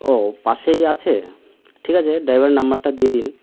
ও পাশেই আছে ঠিক আছে ড্রাইভারের নম্বরটা দিয়ে দিন